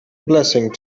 blessing